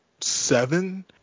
seven